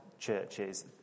churches